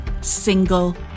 single